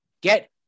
get